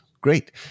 great